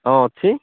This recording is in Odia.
ହଁ ଅଛି